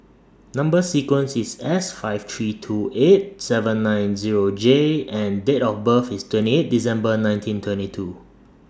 Number sequence IS S five three two eight seven nine Zero J and Date of birth IS twenty eight December nineteen twenty two